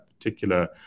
particular